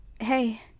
hey